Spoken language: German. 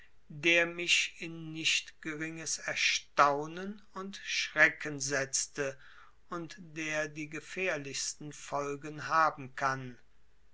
der mich in nicht geringes erstaunen und schrecken setzte und der die gefährlichsten folgen haben kann